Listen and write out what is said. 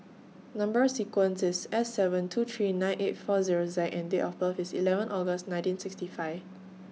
Number sequence IS S seven two three nine eight four Zero Z and Date of birth IS eleven August nineteen sixty five